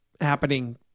happening